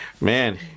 Man